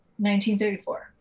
1934